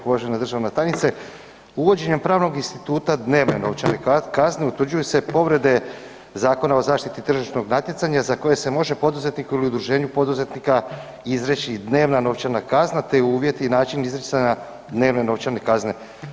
Uvažena državna tajnice uvođenjem pravnog instituta dnevne novčane kazne utvrđuju se povrede Zakona o zaštiti tržišnog natjecanja za koje se može poduzetniku ili udruženju poduzetnika izreći dnevna novčana kazna te uvjeti i način izricanja dnevne novčane kazne.